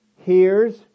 hears